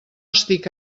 estic